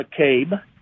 McCabe